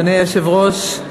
אדוני היושב-ראש,